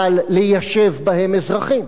אבל ליישב בהם אזרחים.